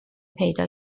پیدا